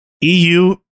EU